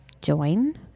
join